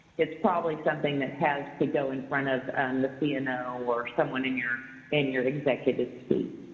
it's probably something that has to go in front of the cno or someone in your in your executive suite.